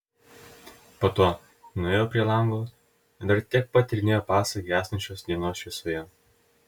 po to nuėjo prie lango ir dar tiek pat tyrinėjo pasą gęstančios dienos šviesoje